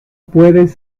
puedes